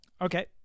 Okay